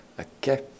Okay